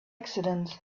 accident